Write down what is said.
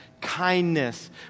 kindness